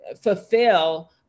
fulfill